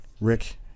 Rick